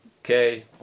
Okay